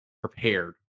prepared